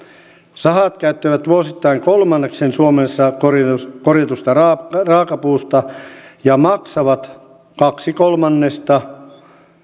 sahat käyttävät vuosittain kolmanneksen suomessa korjatusta raakapuusta ja maksavat kaksi kolmannesta